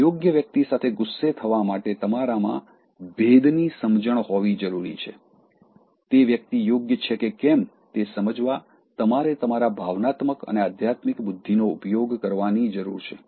યોગ્ય વ્યક્તિ સાથે ગુસ્સે થવા માટે તમારામાં ભેદની સમજણ હોવી જરૂરી છે તે વ્યક્તિ યોગ્ય છે કે કેમ તે સમજવા તમારે તમારી ભાવનાત્મક અને આધ્યાત્મિક બુદ્ધિનો ઉપયોગ કરવાની જરૂર છે